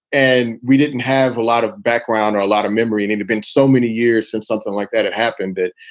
and we didn't have a lot of background or a lot of memory and have and been so many years since something like that, it happened that,